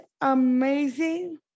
amazing